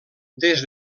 des